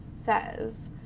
Says